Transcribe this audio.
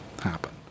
happen